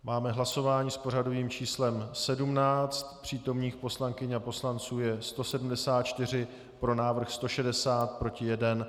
Máme hlasování s pořadovým číslem 17, přítomných poslankyň a poslanců je 174, pro návrh 160, proti 1.